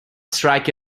strike